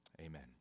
Amen